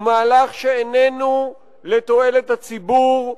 הוא מהלך שאיננו לתועלת הציבור,